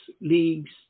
Leagues